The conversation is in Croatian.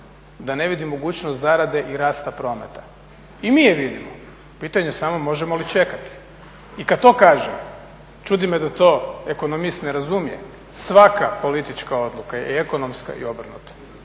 da ne vidi mogućnost zarade i rasta prometa. I mi je vidimo, pitanje je samo možemo li čekati. I kada to kažem, čudi me da to ekonomist ne razumije. Svaka politička odluka je ekonomska i obrnuto.